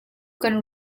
kan